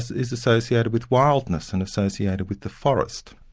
is associated with wildness and associated with the forest.